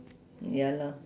ya lah